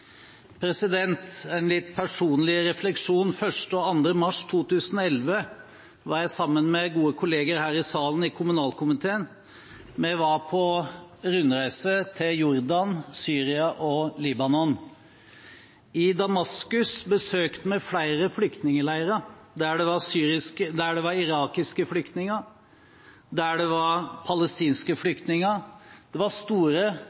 En litt personlig refleksjon: 1. og 2. mars 2011 var jeg sammen med gode kolleger her i salen i kommunalkomiteen. Vi var på rundreise til Jordan, Syria og Libanon. I Damaskus besøkte vi flere flyktningleirer der det var irakiske flyktninger, der det var palestinske flyktninger – det var store,